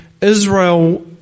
Israel